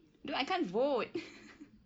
dude I can't vote